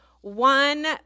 one